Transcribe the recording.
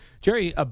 Jerry